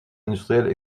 industrielle